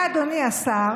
אתה, אדוני השר,